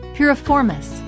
Piriformis